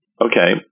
Okay